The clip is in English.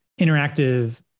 interactive